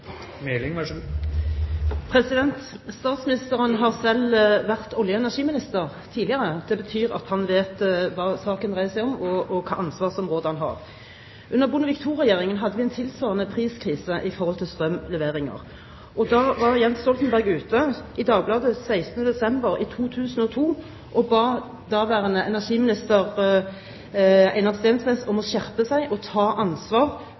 Statsministeren har selv vært olje- og energiminister tidligere. Det betyr at han vet hva saken dreier seg om, og hvilket ansvarsområde han har. Under Bondevik II-regjeringen hadde vi en tilsvarende priskrise når det gjaldt strømleveringer. Jens Stoltenberg var ute i Dagbladet 16. desember 2002 og ba daværende energiminister Einar Steensnæs om å skjerpe seg og ta ansvar